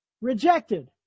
rejected